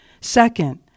Second